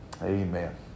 Amen